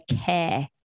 care